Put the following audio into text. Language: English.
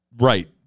right